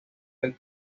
del